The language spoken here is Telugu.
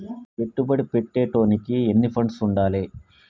పెట్టుబడి పెట్టేటోనికి ఎన్ని ఫండ్స్ ఉండాలే?